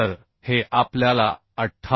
तर हे आपल्याला 58